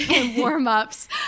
warm-ups